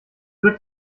wird